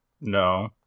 No